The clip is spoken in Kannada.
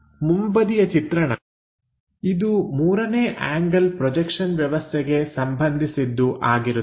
ಮುಂಬದಿಯ ಚಿತ್ರಣ ಇದು ಮೂರನೇ ಆಂಗಲ್ ಪ್ರೊಜೆಕ್ಷನ್ ವ್ಯವಸ್ಥೆಗೆ ಸಂಬಂಧಿಸಿದ್ದು ಆಗಿರುತ್ತದೆ